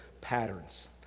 patterns